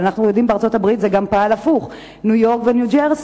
אנחנו יודעים שבארצות-הברית זה גם פעל הפוך: ניו-יורק וניו-ג'רסי,